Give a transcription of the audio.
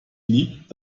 liebt